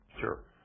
Sure